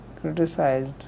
criticised